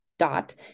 dot